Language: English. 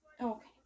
Okay